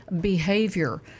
behavior